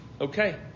okay